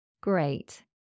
Great